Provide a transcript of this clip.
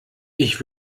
ich